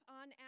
on